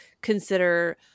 consider